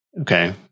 Okay